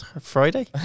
Friday